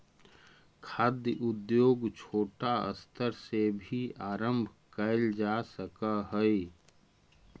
खाद्य उद्योग छोटा स्तर से भी आरंभ कैल जा सक हइ